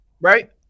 Right